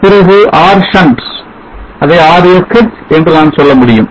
பிறகு R shunt அதை Rsh என்று நான் சொல்ல முடியும்